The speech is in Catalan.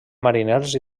mariners